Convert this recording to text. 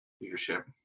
Leadership